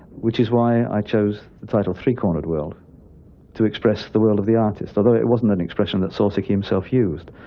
which is why i chose the title three-cornered world to express the world of the artist, although it wasn't an expression that soseki himself used.